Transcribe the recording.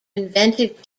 invented